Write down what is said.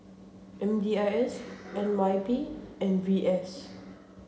M D I S N Y P and V S